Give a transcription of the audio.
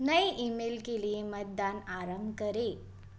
नये ईमेल के लिए मतदान आरंभ करें